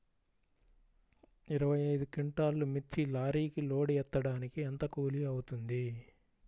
ఇరవై ఐదు క్వింటాల్లు మిర్చి లారీకి లోడ్ ఎత్తడానికి ఎంత కూలి అవుతుంది?